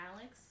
Alex